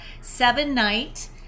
seven-night